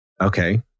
okay